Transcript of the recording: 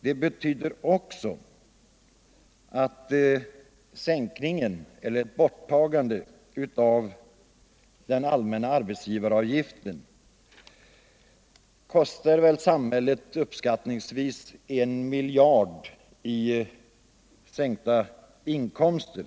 Dessutom kostar sänkningen eller borttagandet av den allmänna arbetsgivaravgiften samhället uppskattningsvis 1 miljard kronor i sänkta inkomster.